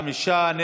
חמישה,